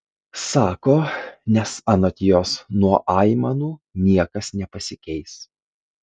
sako nes anot jos nuo aimanų niekas nepasikeis